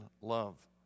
love